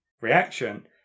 reaction